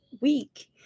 week